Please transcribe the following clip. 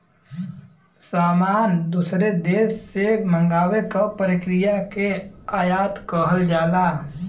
सामान दूसरे देश से मंगावे क प्रक्रिया के आयात कहल जाला